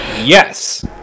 yes